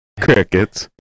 crickets